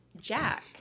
Jack